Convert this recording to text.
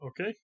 okay